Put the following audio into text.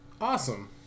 Awesome